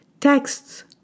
texts